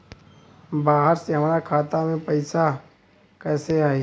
बाहर से हमरा खाता में पैसा कैसे आई?